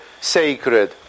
sacred